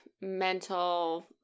mental –